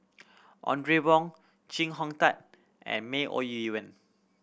Audrey Wong Chee Hong Tat and May Ooi Yun